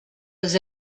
was